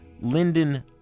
Lyndon